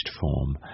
form